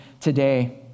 today